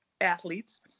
athletes